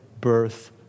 birth